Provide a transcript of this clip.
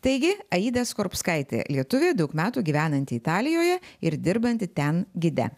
taigi aida skorupskaitė lietuvė daug metų gyvenanti italijoje ir dirbanti ten gide